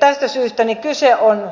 tästä syystä kyse on